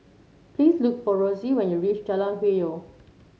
please look for Rosey when you reach Jalan Hwi Yoh